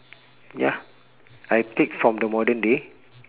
ya I take from the modern day